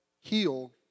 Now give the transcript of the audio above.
heal